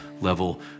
level